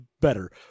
better